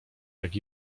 jak